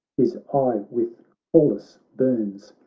his eye with pallas burns.